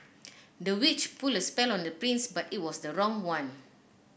the witch put a spell on the prince but it was the wrong one